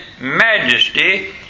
majesty